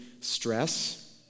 stress